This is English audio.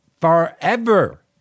forever